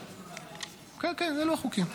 --- כן, כן, אלו החוקים.